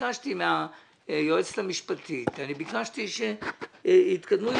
ביקשתי מהיועצת המשפטית שיתקדמו עם